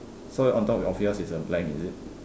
so on top of yours is a blank is it